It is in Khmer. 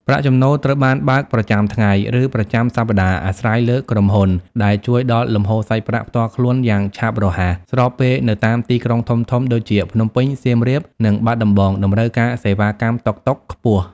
ប្រាក់ចំណូលត្រូវបានបើកប្រចាំថ្ងៃ ឬប្រចាំសប្តាហ៍អាស្រ័យលើក្រុមហ៊ុន ដែលជួយដល់លំហូរសាច់ប្រាក់ផ្ទាល់ខ្លួនយ៉ាងឆាប់រហ័ស ស្របពេលនៅតាមទីក្រុងធំៗដូចជា ភ្នំពេញ សៀមរាប និងបាត់ដំបង តម្រូវការសេវាកម្មតុកតុកខ្ពស់។